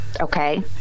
okay